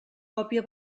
còpia